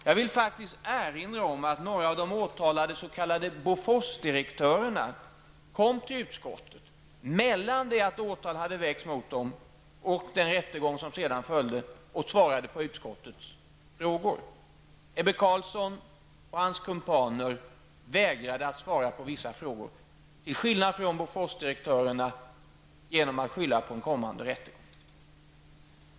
Jag vill erinra om att några av de åtalade s.k.Bofors-direktörerna kom till utskottet mellan det att åtal hade väckts mot dem och den rättegång som sedan följde och svarade på utskottets frågor. Ebbe Carlsson och hans kumpaner vägrade att svara på vissa frågor, till skillnad från Bofors-direktörerna, genom att skylla på en kommande rättegång.